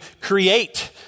create